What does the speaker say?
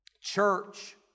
Church